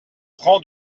prends